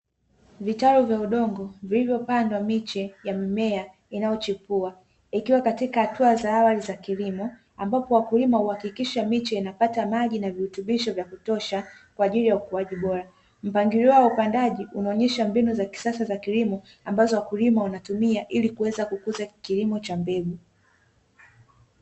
Vitalu vya udongo vilivyo pandwa miche ya mimea inayo chipua ikiwa katika hatua za awali za kilimo, ambapo wakulima huhakikisha miche inapata maji na viritubisho vya kutosha kwa ajili ya ukuaji bora. Mpangilio wa upandaji unaonyesha mbinu za kisasa za kilimo ambazo wakulima wanatumia ili kuweza kukuza kilimo cha mbegu.